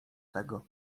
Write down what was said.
tego